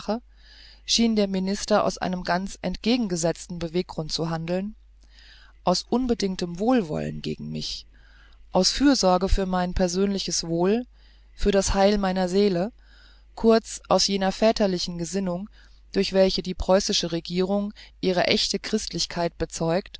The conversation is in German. schien der minister aus einem ganz entgegengesetzten beweggrunde zu handeln aus unbedingtem wohlwollen gegen mich aus fürsorge für mein persönliches wohl für das heil meiner seele kurz aus jener väterlichen gesinnung durch welche die preußische regierung ihre echte christlichkeit bezeugt